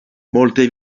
molte